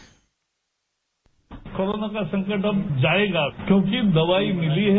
bite corona संकट अब जाएगा क्योंकि दवाई मिली है